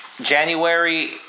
January